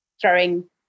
throwing